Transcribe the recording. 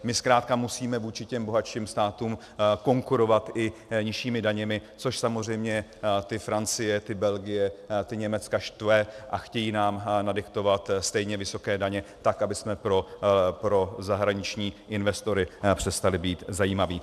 My zkrátka musíme vůči těm bohatším státům konkurovat i nižšími daněmi, což samozřejmě ty Francie, ty Belgie, ta Německa štve a chtějí nám nadiktovat stejně vysoké daně, tak abychom pro zahraniční investory přestali by zajímaví.